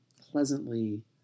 pleasantly